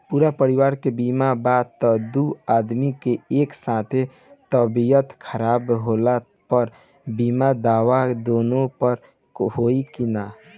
पूरा परिवार के बीमा बा त दु आदमी के एक साथ तबीयत खराब होला पर बीमा दावा दोनों पर होई की न?